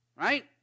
right